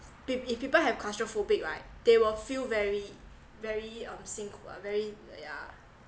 peop~ if people have claustrophobic right they will feel very very uh 辛苦 ah very yeah